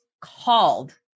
called